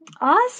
awesome